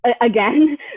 Again